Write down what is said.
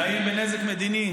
נאיים בנזק מדיני,